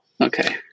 Okay